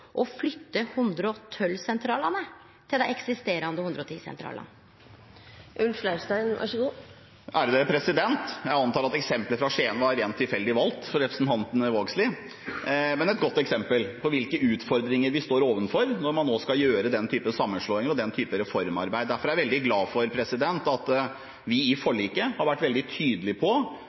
å flytte 112-sentralane til dei eksisterande 110-sentralane? Jeg antar at eksemplet fra Skien var rent tilfeldig valgt for representanten Vågslid, men det er et godt eksempel på hvilke utfordringer vi står overfor når man nå skal gjøre den typen sammenslåinger og den type reformarbeid. Derfor er jeg veldig glad for at vi i forliket har vært veldig tydelige på